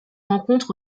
rencontre